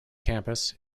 campus